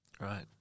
right